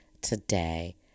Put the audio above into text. today